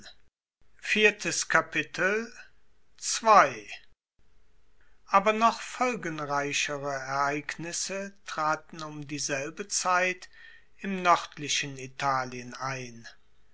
aber noch folgenreichere ereignisse traten um dieselbe zeit im noerdlichen italien ein